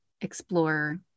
explore